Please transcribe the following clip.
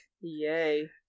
yay